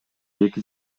эки